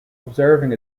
observing